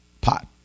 pot